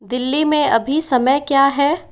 दिल्ली में अभी समय क्या है